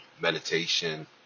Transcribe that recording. Meditation